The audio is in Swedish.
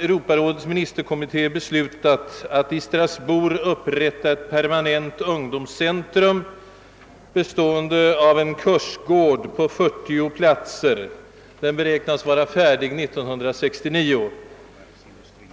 Europarådets ministerkommitté har beslutat att i Strasbourg upprätta ett permanent ungdomscentrum bestående av en kursgård med 40 platser. Den beräknas vara färdig nästa år.